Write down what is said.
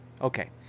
Okay